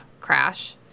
crash